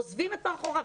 עוזבים את מערך ההוראה.